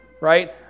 right